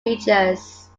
features